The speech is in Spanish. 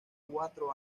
cuatro